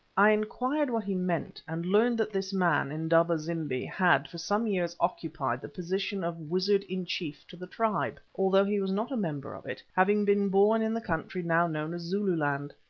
i inquired what he meant, and learned that this man, indaba-zimbi, had for some years occupied the position of wizard-in-chief to the tribe, although he was not a member of it, having been born in the country now known as zululand.